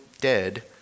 dead